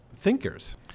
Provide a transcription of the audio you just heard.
thinkers